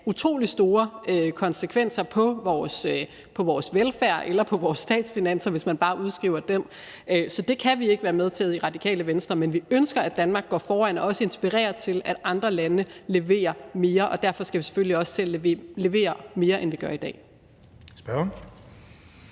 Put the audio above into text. utrolig store konsekvenser for vores velfærd eller vores statsfinanser, hvis man bare udskriver den. Så det kan vi ikke være med til i Radikale Venstre, men vi ønsker, at Danmark går foran og også inspirerer til, at andre lande leverer mere, og derfor skal vi selvfølgelig også selv levere mere, end vi gør i dag.